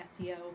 SEO